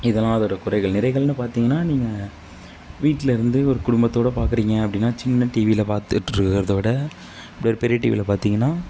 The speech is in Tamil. இதெல்லாம் அதோட குறைகள் நிறைகள்னு பார்த்திங்கன்னா நீங்கள் வீட்டில் இருந்து ஒரு குடும்பத்தோடு பாக்கிறீங்க அப்படின்னா சின்ன டிவியில் பார்த்துட்டு இருக்கிறதவிட அப்படி ஒரு பெரிய டிவியில் பார்த்திங்கன்னா